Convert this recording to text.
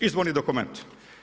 Izvorni dokument.